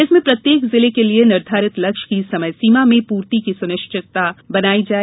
जिसमें प्रत्येक जिले के लिये निर्धारित लक्ष्य की समय सीमा में पूर्ति की सुनिश्चित व्यवस्था की जाए